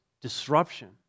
disruption